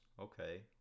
okay